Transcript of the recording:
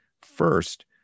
first